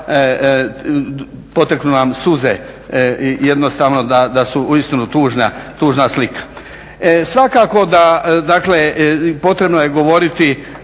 poteknu nam suze jednostavno da su uistinu tužna slika. Svakako dakle potrebno je govoriti